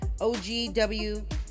OGW